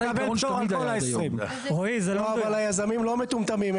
יזמים לא מטומטמים.